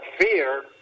fear